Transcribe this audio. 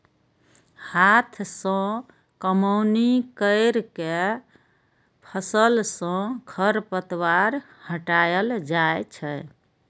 हाथ सं कमौनी कैर के फसल सं खरपतवार हटाएल जाए छै